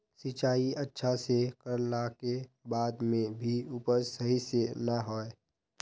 सिंचाई अच्छा से कर ला के बाद में भी उपज सही से ना होय?